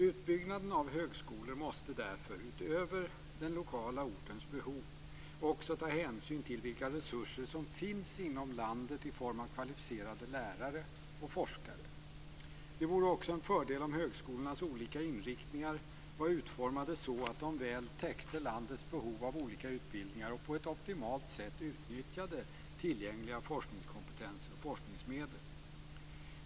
Utbyggnaden av högskolor måste därför, utöver den lokala ortens behov, också ta hänsyn till vilka resurser som finns inom landet i form av kvalificerade lärare och forskare. Det vore också en fördel om högskolornas olika inriktningar var utformade så att de väl täckte landets behov av olika utbildningar och på ett optimalt sätt utnyttjade tillgängliga forskningskompetenser och forskningsmedel.